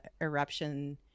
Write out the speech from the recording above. eruption